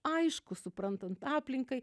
aišku suprantant aplinkai